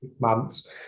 months